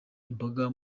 imboga